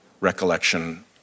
recollection